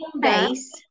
base